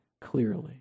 clearly